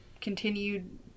continued